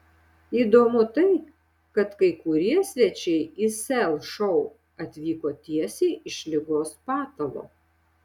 įdomu tai kad kai kurie svečiai į sel šou atvyko tiesiai iš ligos patalo